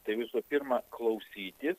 tai visų pirma klausytis